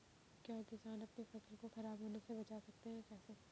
क्या किसान अपनी फसल को खराब होने बचा सकते हैं कैसे?